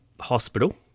hospital